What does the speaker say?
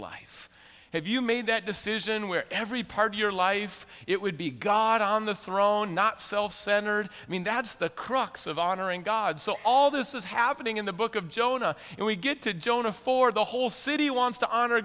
life have you made that decision where every part of your life it would be god on the throne not self centered i mean that's the crux of honoring god so all this is happening in the book of jonah and we get to jonah for the whole city wants to honor